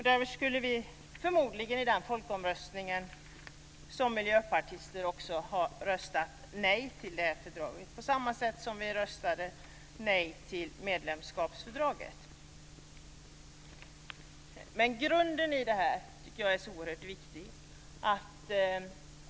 Därför skulle förmodligen vi miljöpartister rösta nej till fördraget i den folkomröstningen på samma sätt som vi röstade nej till medlemskapsfördraget. Jag tycker att grunden i detta är så oerhört viktig.